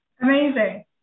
Amazing